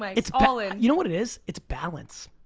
it's all in. you know what it is? it's balance.